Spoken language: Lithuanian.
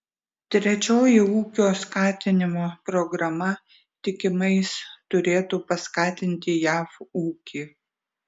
trečioji ūkio skatinimo programa tikimais turėtų paskatinti jav ūkį